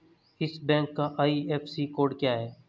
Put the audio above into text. इस बैंक का IFSC code क्या है?